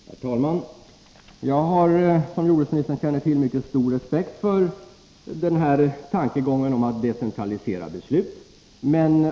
Herr talman! Jag har, som jordbruksministern känner till, mycket stor respekt för tankegången om att decentralisera beslut.